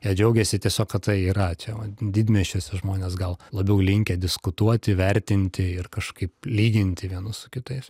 jie džiaugiasi tiesiog kad tai yra čia va didmiesčiuose žmonės gal labiau linkę diskutuoti vertinti ir kažkaip lyginti vienus su kitais